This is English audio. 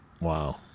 Wow